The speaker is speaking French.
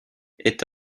est